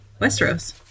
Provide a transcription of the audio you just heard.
westeros